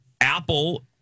Apple